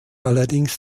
allerdings